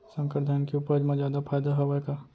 संकर धान के उपज मा जादा फायदा हवय का?